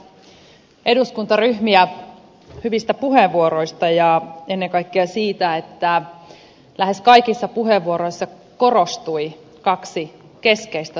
kiitän eduskuntaryhmiä hyvistä puheenvuoroista ja ennen kaikkea siitä että lähes kaikissa puheenvuoroissa korostui kaksi keskeistä suomalaista arvoa